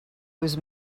was